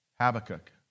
Habakkuk